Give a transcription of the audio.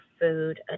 food